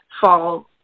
fall